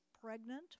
pregnant